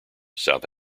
south